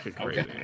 Okay